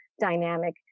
dynamic